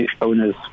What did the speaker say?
owners